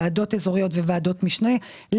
ועדות אזוריות וועדות משנה,